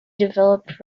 developed